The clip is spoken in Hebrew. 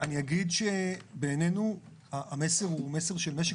אני אגיד שבעינינו המסר הוא מסר של משק